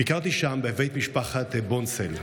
ביקרתי שם בבית משפחת בונצל.